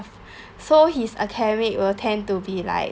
so his academic will tend to be like